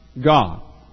God